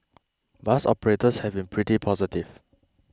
bus operators have been pretty positive